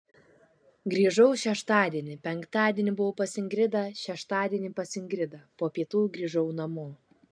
grįžau šeštadienį penktadienį buvau pas ingridą šeštadienį pas ingridą po pietų grįžau namo